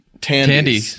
Tandy